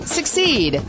Succeed